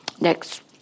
next